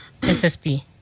SSP